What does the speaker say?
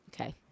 Okay